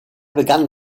begann